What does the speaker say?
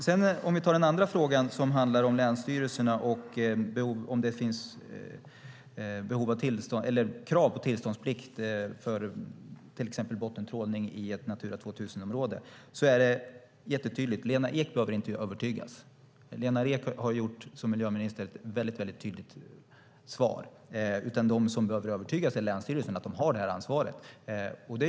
När det gäller den andra frågan som handlar om länsstyrelserna och om det finns krav på tillståndsplikt för till exempel bottentrålning i ett Natura 2000-område är det jättetydligt - Lena Ek behöver inte övertygas. Hon har som miljöminister gett ett väldigt tydligt svar. De som behöver övertygas är länsstyrelserna som behöver veta att de har det här ansvaret.